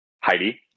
Heidi